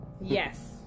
yes